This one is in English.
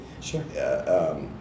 sure